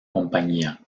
compañía